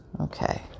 Okay